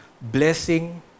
blessing